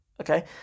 Okay